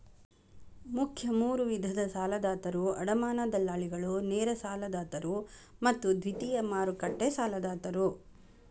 ಮುಖ್ಯ ಮೂರು ವಿಧದ ಸಾಲದಾತರು ಅಡಮಾನ ದಲ್ಲಾಳಿಗಳು, ನೇರ ಸಾಲದಾತರು ಮತ್ತು ದ್ವಿತೇಯ ಮಾರುಕಟ್ಟೆ ಸಾಲದಾತರು